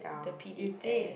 the P_D_F